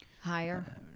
higher